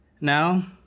Now